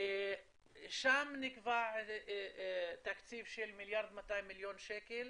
שם נקבע תקציב של מיליארד ו-200 מיליון שקל.